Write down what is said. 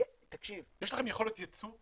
יש לכם יכולת יצוא,